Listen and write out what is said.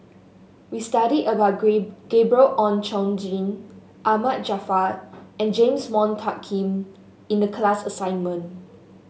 we studied about Gabriel Oon Chong Jin Ahmad Jaafar and James Wong Tuck Yim in the class assignment